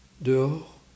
Dehors